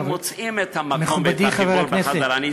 הם מוצאים את המקום ואת החיבור בחזרה.